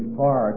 far